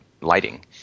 lighting